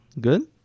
good